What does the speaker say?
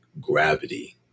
gravity